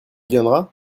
viendra